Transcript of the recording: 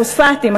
פוספטים,